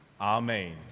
Amen